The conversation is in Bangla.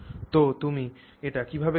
তো তুমি এটি কিভাবে করবে